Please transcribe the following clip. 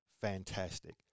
fantastic